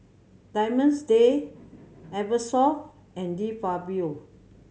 Diamond's Day Eversoft and De Fabio